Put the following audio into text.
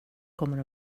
kommer